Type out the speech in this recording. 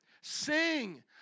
Sing